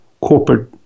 corporate